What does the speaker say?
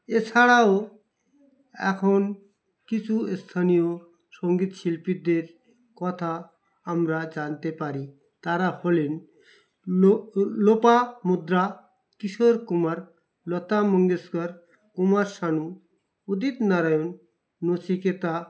এছাড়াও এখন কিছু স্থানীয় সঙ্গীত শিল্পীদের কথা আমরা জানতে পারি তারা হলেন লো লোপামুদ্রা কিশোর কুমার লতা মঙ্গেশকর কুমার সানু উদিত নারায়ণ নচিকেতা